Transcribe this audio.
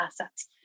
assets